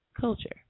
culture